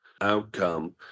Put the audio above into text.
outcome